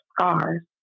scars